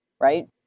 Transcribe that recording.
right